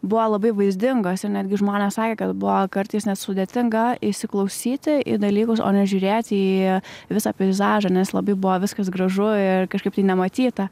buvo labai vaizdingos ir netgi žmonės sakė kad buvo kartais net sudėtinga įsiklausyti į dalykus o ne žiūrėti į visą peizažą nes labai buvo viskas gražu kažkaip tai nematyta